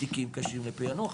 תיקים קשים לפענוח.